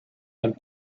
and